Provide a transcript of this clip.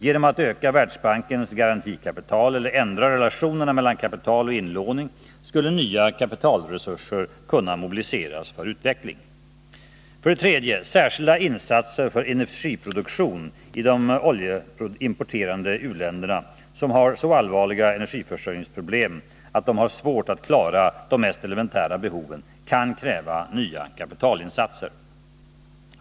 Genom att öka världsbankens garantikapital eller ändra relationen mellan kapital och inlåning skulle man kunna mobilisera nya kapitalresurser för utveckling. 3. Särskilda insatser för energiproduktion i de oljeimporterande u-länder som har så allvarliga energiförsörjningsproblem att de har det svårt att klara de mest elementära behoven kan kräva nya kapitalinsatser.